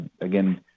again